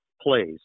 plays